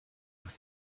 with